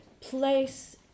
place